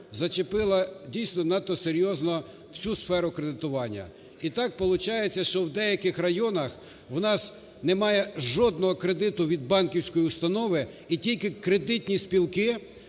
зачепила дійсно надто серйозно всю сферу кредитування. І так получається, що в деяких районах в нас немає жодного кредиту від банківської установи і тільки кредитні спілки